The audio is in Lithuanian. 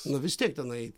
nu vis tiek tenai